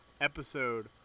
episode